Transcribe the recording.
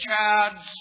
chads